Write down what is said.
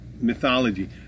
mythology